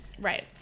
Right